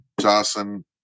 Jocelyn